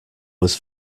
was